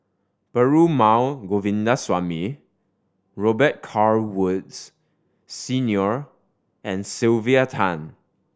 Perumal Govindaswamy Robet Carr Woods Senior and Sylvia Tan